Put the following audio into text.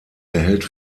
erhält